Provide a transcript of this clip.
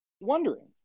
wondering